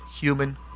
human